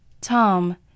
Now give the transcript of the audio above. Tom